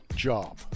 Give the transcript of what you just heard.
job